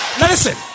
Listen